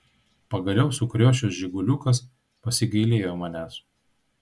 pagaliau sukriošęs žiguliukas pasigailėjo manęs